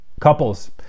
couples